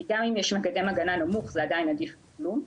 כי גם אם יש מקדם הגנה נמוך זה עדיין עדיף מכלום,